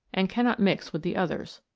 and cannot mix with the others.